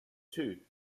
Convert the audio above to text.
two